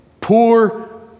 poor